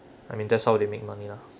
I mean that's how they make money lah